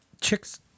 chicks